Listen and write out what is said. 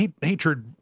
hatred